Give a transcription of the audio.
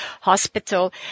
hospital